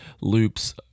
loops